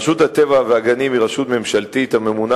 רשות הטבע והגנים היא רשות ממשלתית הממונה